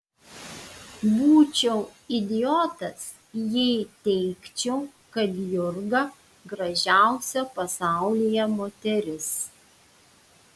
būčiau idiotas jei teigčiau kad jurga gražiausia pasaulyje moteris